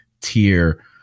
tier